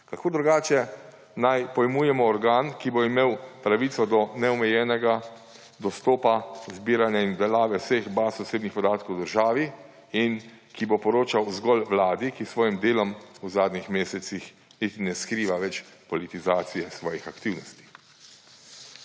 Kako drugače naj pojmujemo organ, ki bo imel pravico do neomejenega dostopa, zbiranja in obdelave vseh baz osebnih podatkov v državi in ki bo poročal zgolj vladi, ki s svojim delom v zadnjih mesecih niti ne skriva več politizacije svojih aktivnosti.